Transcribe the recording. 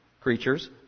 creatures